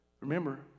Remember